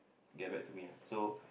get back to me ah so